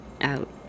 Out